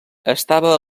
estava